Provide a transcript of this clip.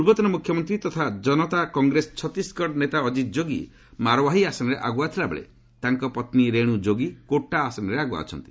ପୂର୍ବତନ ମୁଖ୍ୟମନ୍ତ୍ରୀ ତଥା କନତା କଂଗ୍ରେସ ଛତିଶଗଡ଼ ନେତା ଅଜିତ ଯୋଗୀ ମାରଓ୍ୱାହି ଆସନରେ ଆଗୁଆ ଥିଲାବେଳେ ତାଙ୍କ ପତ୍ନୀ ରେଣୁ ଯୋଗୀ କୋଟା ଆସନରେ ଆଗ୍ରଆ ଅଛନ୍ତି